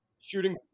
Shooting